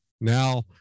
Now